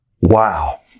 Wow